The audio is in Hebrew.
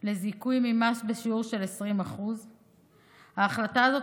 לזיכוי ממס בשיעור של 20%. ההחלטה הזאת